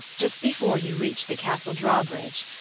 just before you reach the castle drawbridge,